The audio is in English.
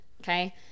okay